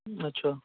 اچھا